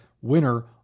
winner